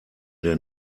der